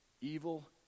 Evil